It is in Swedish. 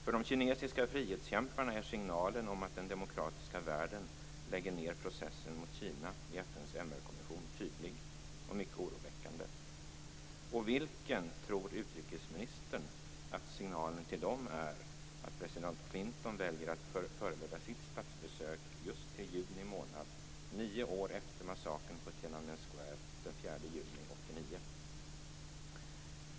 För de kinesiska frihetskämparna är signalen om att den demokratiska världen lägger ned processen mot Kina i FN:s MR-kommissionen tydlig och mycket oroväckande. Och vilken tror utrikesministern att signalen till dem är att president Clinton väljer att förlägga sitt statsbesök just till juni månad - nio år efter massakern på Tienanmen Square den 4 juni 1989?